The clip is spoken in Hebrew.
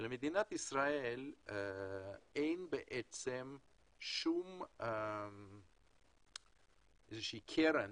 שלמדינת ישראל אין בעצם שום קרן